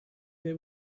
they